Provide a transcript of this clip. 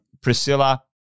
Priscilla